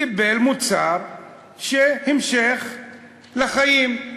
קיבל מוצר שהוא המשך לחיים.